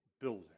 building